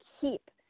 keep